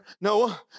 Noah